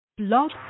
love